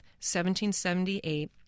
1778